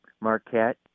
Marquette